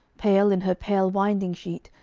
pale in her pale winding-sheet,